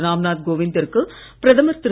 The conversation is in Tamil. ராம் நாத் கோவிந்த் திற்கு பிரதமர் திரு